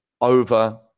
over